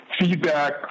feedback